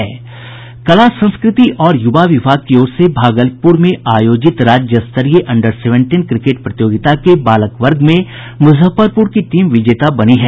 कला संस्कृति और यूवा विभाग की ओर से भागलप्र में आयोजित राज्यतस्तरीय अंडर सेवेंटीन क्रिकेट प्रतियोगिता के बालक वर्ग में मुजफ्फरपुर की टीम विजेता बनी है